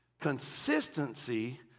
consistency